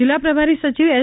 જિલ્લા પ્રભારી સચિવ એસ